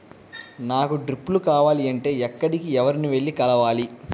నాకు డ్రిప్లు కావాలి అంటే ఎక్కడికి, ఎవరిని వెళ్లి కలవాలి?